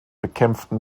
bekämpften